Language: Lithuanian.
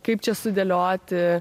kaip čia sudėlioti